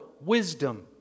wisdom